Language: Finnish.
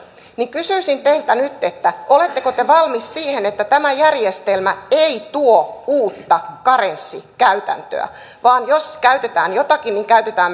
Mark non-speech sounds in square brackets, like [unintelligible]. niin kysyisin teiltä nyt oletteko te valmis siihen että tämä järjestelmä ei tuo uutta karenssikäytäntöä vaan jos käytetään jotakin niin käytetään [unintelligible]